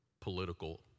political